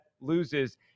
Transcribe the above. loses